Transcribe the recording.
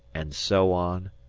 and so on,